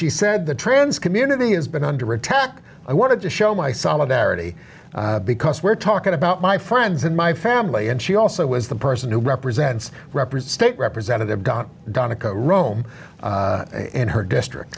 she said the trans community has been under attack i wanted to show my solidarity because we're talking about my friends and my family and she also was the person who represents represents take representative got donica roam in her district